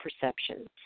perceptions